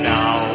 Now